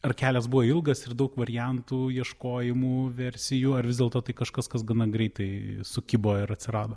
ar kelias buvo ilgas ir daug variantų ieškojimų versijų ar vis dėlto tai kažkas kas gana greitai sukibo ir atsirado